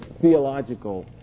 theological